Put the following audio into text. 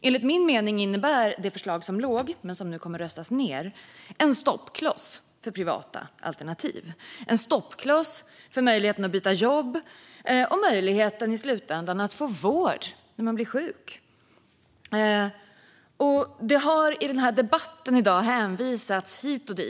Enligt min mening innebär det förslag som låg, men som nu kommer att röstas ned, en stoppkloss för privata alternativ, för möjligheten att byta jobb och, i slutändan, för möjligheten att få vård när man blir sjuk. Det har i dagens debatt hänvisats hit och dit.